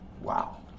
Wow